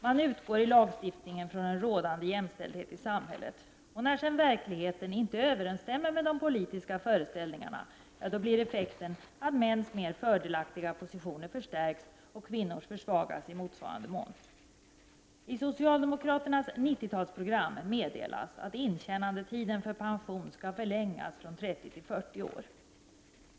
Man utgår i lagstiftningen från en rådande jämställdhet i samhället, och när sedan verkligheten inte överensstämmer med de politiska föreställningarna blir effekten att mäns mer fördelaktiga positioner förstärks och kvinnors försvagas i motsvarande mån. I socialdemokraternas 90-talsprogram meddelas att intjänandetiden för pension skall förlängas från 30 till 40 år.